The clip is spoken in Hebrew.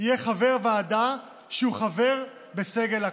יהיה חבר ועדה שהוא חבר בסגל אקדמי.